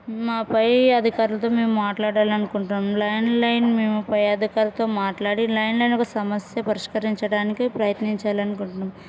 మా పై అధికారుతో మేము మాట్లాడాలి అనుకుంటున్నాం ల్యాండ్లైన్ మేము పై అధికారతో మాట్లాడి ల్యాండ్లైన్ ఒక సమస్య పరిష్కరించడానికి ప్రయత్నించాలి అనుకుంటున్నాం